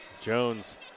Jones